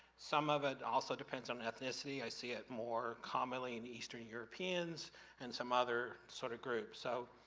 some of it also depends on ethnicity. i see it more commonly in eastern europeans and some other sort of groups, so